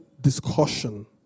discussion